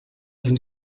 sind